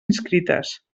inscrites